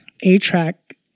A-Track